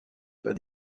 pas